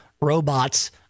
robots